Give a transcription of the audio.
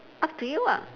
up to you ah